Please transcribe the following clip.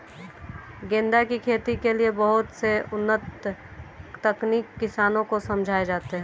गेंदा की खेती के लिए बहुत से उन्नत तकनीक किसानों को समझाए जाते हैं